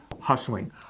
hustling